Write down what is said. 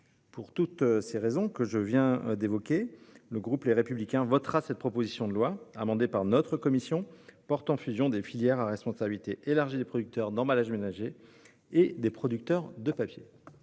Pour toutes les raisons que j'ai invoquées, le groupe Les Républicains votera cette proposition de loi, amendée par notre commission, portant fusion des filières à responsabilité élargie des producteurs d'emballages ménagers et des producteurs de papier.